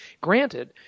Granted